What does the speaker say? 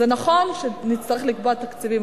זה נכון שנצטרך לקבוע תקציבים,